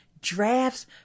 drafts